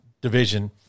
division